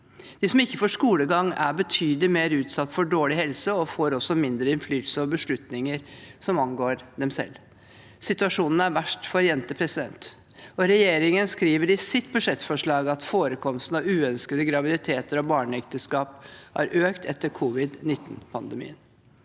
De som ikke får skolegang, er betydelig mer utsatt for dårlig helse og får mindre innflytelse over beslutninger som angår dem selv. Situasjonen er verst for jenter. Regjeringen skriver i sitt budsjettforslag at forekomsten av uønskede graviditeter og barneekteskap har økt etter covid-19-pandemien.